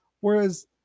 Whereas